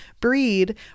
breed